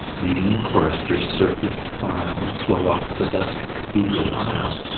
leading the choristers' surpliced file slow up the dusk cathedral aisle.